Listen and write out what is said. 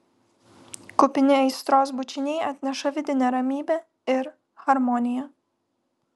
kupini aistros bučiniai atneša vidinę ramybę ir harmoniją